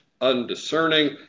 undiscerning